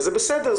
וזה בסדר,